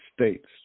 States